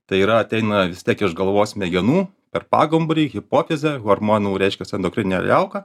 tai yra ateina vis tiek iš galvos smegenų per pagumburį hipofizę hormonų reiškias endokrininę liauką